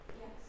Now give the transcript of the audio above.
Yes